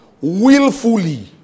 willfully